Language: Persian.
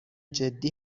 جدی